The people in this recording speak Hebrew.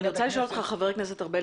אני רוצה לשאול אותך חבר הכנסת ארבל,